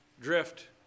drift